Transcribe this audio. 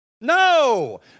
No